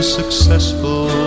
successful